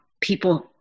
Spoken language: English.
people